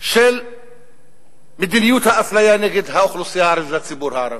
של מדיניות האפליה נגד האוכלוסייה הערבית והציבור הערבי,